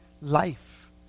life